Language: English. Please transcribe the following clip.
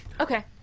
Okay